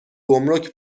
گمرک